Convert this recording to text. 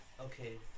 Okay